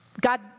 God